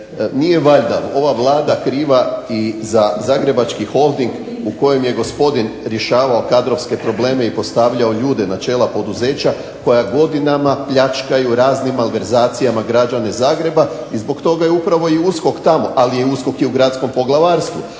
nije valjda ova Vlada kriva i za zagrebački Holding u kojem je gospodin rješavao kadrovske probleme i postavljao ljude na čela poduzeća koja godinama pljačkaju raznim malverzacijama građane Zagreba i zbog toga je upravo i USKOK tamo, ali je USKOK i u gradskom poglavarstvu,